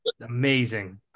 amazing